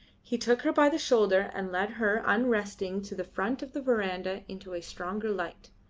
he took her by the shoulder and led her unresisting to the front of the verandah into a stronger light.